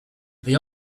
they